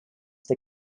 they